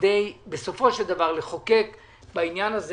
כדי לחוקק בעניין הזה,